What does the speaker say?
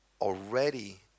already